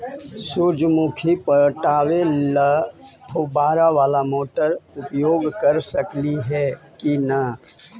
सुरजमुखी पटावे ल फुबारा बाला मोटर उपयोग कर सकली हे की न?